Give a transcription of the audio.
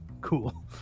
cool